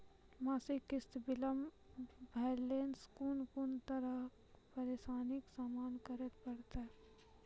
मासिक किस्त बिलम्ब भेलासॅ कून कून तरहक परेशानीक सामना करे परतै?